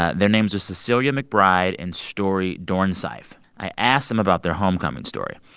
ah their names are cecilia mcbride and story dornsife. i asked them about their homecoming story.